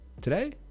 Today